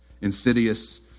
insidious